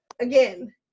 again